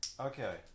Okay